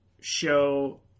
show